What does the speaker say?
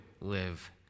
live